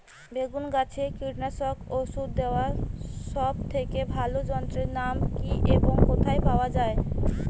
বেগুন গাছে কীটনাশক ওষুধ দেওয়ার সব থেকে ভালো যন্ত্রের নাম কি এবং কোথায় পাওয়া যায়?